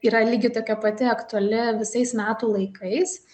yra lygiai tokia pati aktuali visais metų laikais